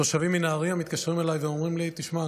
תושבים מנהריה מתקשרים אליי ואומרים לי: תשמע,